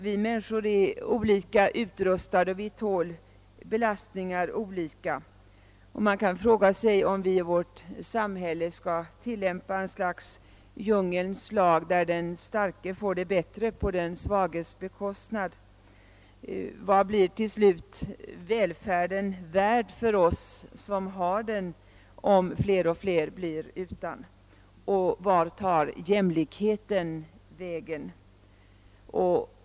Vi människor är olika utrustade och tål belastningar olika, och man kan fråga sig om det i vårt samhälle skall tilllämpas ett slags djungelns lag där den starke får det bättre på den svages bekostnad. Vad blir till slut välfärden värd om allt fler blir utan, och vart tar jämlikheten vägen?